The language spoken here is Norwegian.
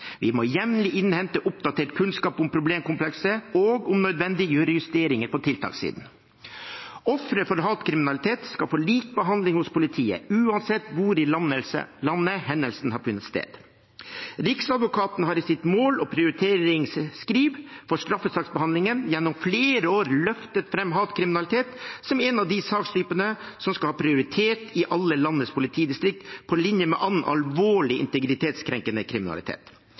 Vi må jevnlig innhente oppdatert kunnskap om problemkomplekset og – om nødvendig – gjøre justeringer på tiltakssiden. Ofre for hatkriminalitet skal få lik behandling hos politiet, uansett hvor i landet hendelsen har funnet sted. Riksadvokaten har i sitt mål- og prioriteringsskriv for straffesaksbehandlingen gjennom flere år løftet fram hatkriminalitet som en av de sakstypene som skal ha prioritet i alle landets politidistrikter, på linje med annen alvorlig integritetskrenkende kriminalitet.